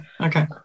okay